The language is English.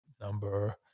number